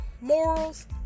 morals